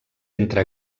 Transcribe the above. entre